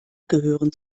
gehören